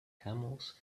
camels